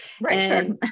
Right